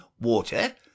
water